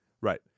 Right